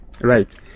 Right